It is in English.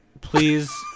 Please